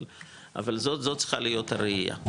אבל זאת צריכה להיות הראייה.